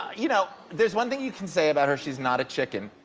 you know there's one thing you can say about her she's not a chicken.